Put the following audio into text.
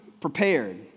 prepared